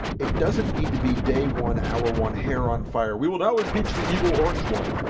it doesn't need to be day one our one hair on fire. we will now impeach the evil orange one